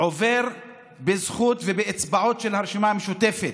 עובר בזכות, באצבעות של הרשימה המשותפת,